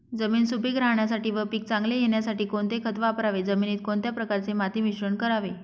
जमीन सुपिक राहण्यासाठी व पीक चांगले येण्यासाठी कोणते खत वापरावे? जमिनीत कोणत्या प्रकारचे माती मिश्रण करावे?